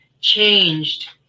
changed